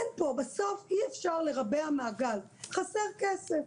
בסוף אי אפשר לרבע מעגל, חסר כסף.